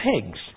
pigs